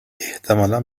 احتمالا